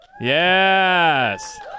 Yes